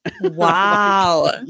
Wow